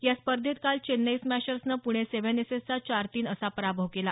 या स्पर्धेत काल चेन्नई स्मॅशर्सनं पुणे सेव्हन एसेसचा चार तीन असा पराभव केला